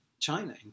China